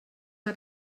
hat